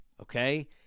Okay